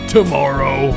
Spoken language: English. Tomorrow